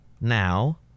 now